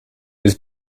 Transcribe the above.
was